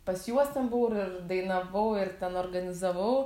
pas juos ten buvau ir dainavau ir ten organizavau